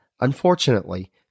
unfortunately